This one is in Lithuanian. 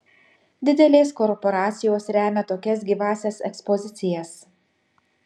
didelės korporacijos remia tokias gyvąsias ekspozicijas